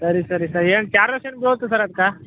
ಸರಿ ಸರಿ ಸರಿ ಏನು ಚಾರ್ಜಸ್ ಏನು ಬೀಳುತ್ತೆ ಸರ್ ಅದ್ಕೆ